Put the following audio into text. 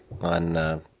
on –